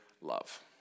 love